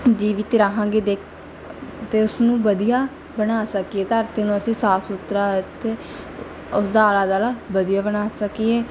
ਜੀਵਿਤ ਰਹਾਂਗੇ ਦੇਖ ਅਤੇ ਉਸਨੂੰ ਵਧੀਆ ਬਣਾ ਸਕੀਏ ਧਰਤੀ ਨੂੰ ਅਸੀਂ ਸਾਫ਼ ਸੁਥਰਾ ਅਤੇ ਉਸਦਾ ਆਲਾ ਦੁਆਲਾ ਵਧੀਆ ਬਣਾ ਸਕੀਏ